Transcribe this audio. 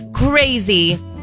Crazy